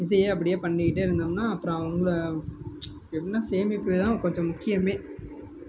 இதையே அப்படியே பண்ணிக்கிட்டே இருந்தோம்னா அப்புறம் அவங்கள என்ன சேமிப்பு தான் கொஞ்சம் முக்கியமே